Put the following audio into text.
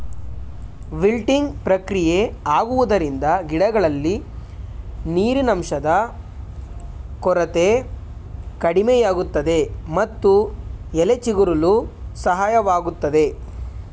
wilting ಪ್ರಕ್ರಿಯೆ ಆಗುವುದರಿಂದ ಗಿಡಗಳಲ್ಲಿ ನೀರಿನಂಶದ ಕೊರತೆ ಕಡಿಮೆಯಾಗುತ್ತದೆ ಮತ್ತು ಎಲೆ ಚಿಗುರಲು ಸಹಾಯವಾಗುತ್ತದೆ